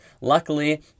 luckily